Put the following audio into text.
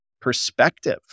perspective